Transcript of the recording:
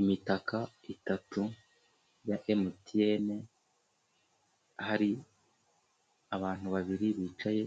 Imitaka itatu ya emutiyene, hari abantu babiri bicaye